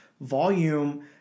volume